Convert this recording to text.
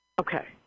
Okay